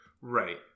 Right